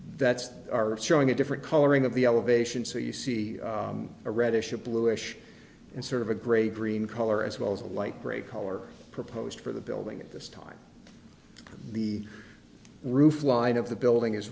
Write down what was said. that's showing a different coloring of the elevation so you see a reddish a bluish and sort of a gray green color as well as a light gray color proposed for the building at this time the roof line of the building is